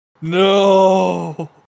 No